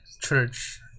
church